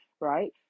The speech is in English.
right